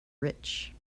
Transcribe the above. rich